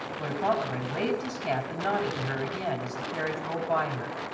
lord fauntleroy waved his cap and nodded to her again as the carriage rolled by her.